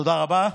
תודה רבה.